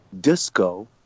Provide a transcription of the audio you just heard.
Disco